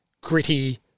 gritty